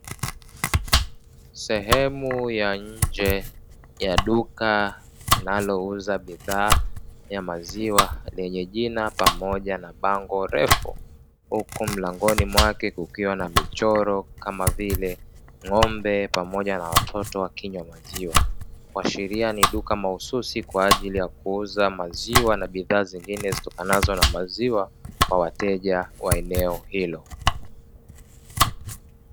Sehemu ya nje ya duka linalouza bidhaa ya maziwa, lenye jina pamoja na bango refu, huku mlangoni mwake kukiwa na michoro kama vile ng'ombe pamoja na watoto wakinywa maziwa; kuashiria ni duka mahususi kwa ajili ya kuuza maziwa na bidhaa nyingine zitokanazo na maziwa, kwa wateja wa eneo hilo.